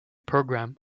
programme